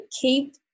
keep